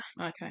Okay